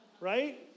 right